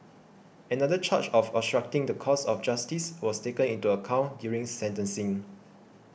another charge of obstructing the course of justice was taken into account during sentencing